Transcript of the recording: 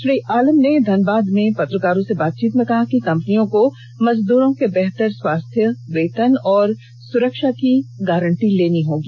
श्री आलम ने धनबाद में पत्रकारों से बातचीत में कहा कि कम्पनियों को मजदूरों के बेहतर स्वास्थ्य वेतन और सुरक्षा की गारंटी लेनी होगी